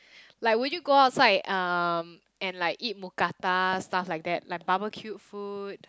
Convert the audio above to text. like would you go outside um and like eat Mookata stuff like that like barbecued food